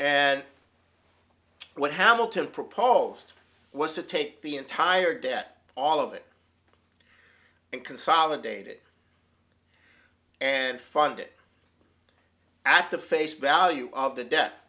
and what hamilton proposed was to take the entire debt all of it and consolidated and fund it at the face value of the debt